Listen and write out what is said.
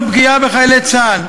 כל פגיעה בחיילי צה"ל,